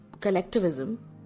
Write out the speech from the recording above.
collectivism